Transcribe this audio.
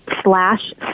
slash